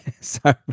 Sorry